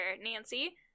nancy